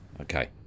okay